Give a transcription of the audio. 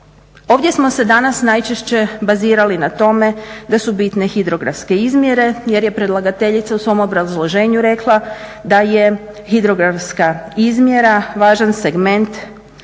Ovdje smo se danas najčešće bazirali na tome da su bitne hidrografske izmjere jer je predlagateljica u svom obrazloženju rekla da je hidrografska izmjera važan segment sigurnosti